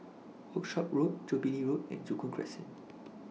Workshop Road Jubilee Road and Joo Koon Crescent